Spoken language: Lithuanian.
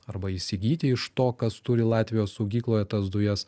arba įsigyti iš to kas turi latvijos saugykloje tas dujas